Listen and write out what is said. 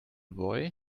boy